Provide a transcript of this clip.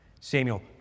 Samuel